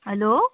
hello